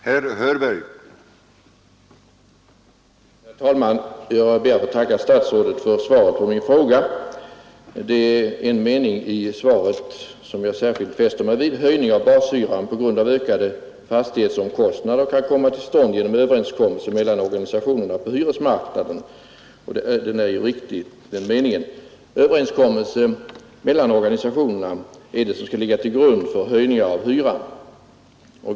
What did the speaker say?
Herr talman! Jag ber att få tacka statsrådet för svaret på min fråga. Det är en mening i svaret som jag särskilt fäster mig vid: ”Höjning av bashyran på grund av ökade fastighetsomkostnader kan komma till stånd genom överenskommelse mellan organisationerna på hyresmarknaden.” Den meningen är ju riktig — överenskommelse mellan organisationerna är det som skall ligga till grund för höjning av hyran.